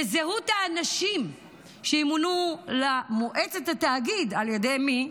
בזהות האנשים שימונו למועצת התאגיד, על ידי מי?